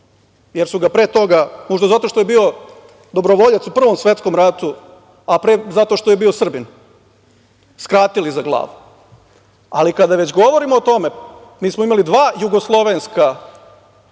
jer su ga pre toga, možda zato što je bio dobrovoljac u Prvom svetskom ratu, a pre zato što je bio Srbin, skratili za glavu. Kada već govorimo o tome, mi smo imali dva jugoslovenska